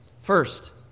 First